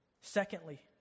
Secondly